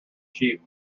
cheap